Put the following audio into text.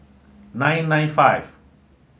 nine nine five